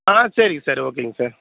ஆ சரிங்க சார் ஓகேங்க சார்